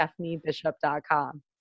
stephaniebishop.com